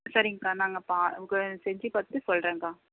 சரிங்க்கா நாங்கள் பா செஞ்சு பார்த்துட்டு சொல்கிறேன்க்கா